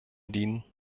dienen